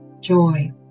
joy